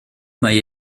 mae